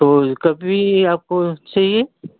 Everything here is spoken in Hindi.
तो कभी आपको चाहिए